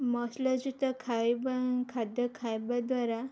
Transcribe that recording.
ମସଲାଯୁକ୍ତ ଖାଇବା ଖାଦ୍ୟ ଖାଇବା ଦ୍ୱାରା